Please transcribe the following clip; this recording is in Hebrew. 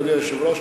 אדוני היושב-ראש.